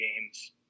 games